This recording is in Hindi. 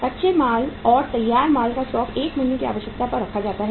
कच्चे माल और तैयार माल का स्टॉक 1 महीने की आवश्यकता पर रखा जाता है